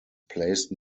placed